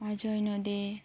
ᱚᱡᱚᱭ ᱱᱚᱫᱤ